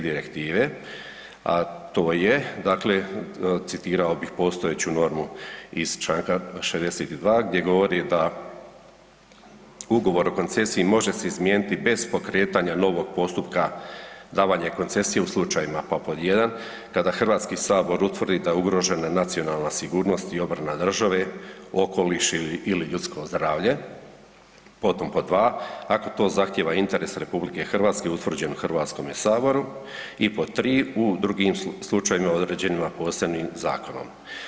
Direktive, a to je dakle, citirao bih postojeću normu iz čl. 62. gdje govori da ugovor o koncesiji može se izmijeniti bez pokretanja novog postupka davanja koncesija u slučajevima, pa pod 1. kada HS utvrdi da je ugrožena nacionalna sigurnost i obrana države, okoliš ili ljudsko zdravlje, potom, pod 2. ako to zahtjeva interes RH utvrđen u HS-u i pod 3. u drugim slučajevima određenima posebnim zakonom.